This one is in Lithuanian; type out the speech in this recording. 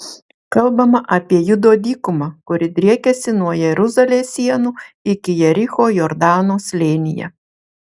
kalbama apie judo dykumą kuri driekiasi nuo jeruzalės sienų iki jericho jordano slėnyje